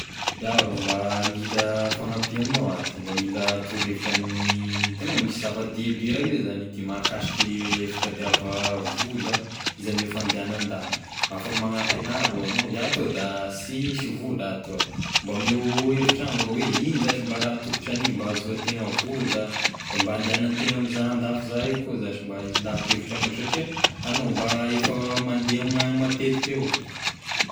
Iaho rô mba mila fanampia amignao ahy ty, mba mila torohevitra amy- hitagnao misy zava-dehibe raiky zay zagny dia mahakasiky fitadiava vola, izy ame fandehana andafy, afaka manampy anahy rô agnao? Iahy tonga da sisy vola ato ah, mba omeo hevitra agny rô hoe igno zashy mba raha tokotry hany mba ahazoa tegna vola, da mba handehana tegna ame za andafy za koa zashy mba hilako hevitra amignao, satria agnao mba efa mandeha amign'ny agny matetika avao.